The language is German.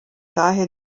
daher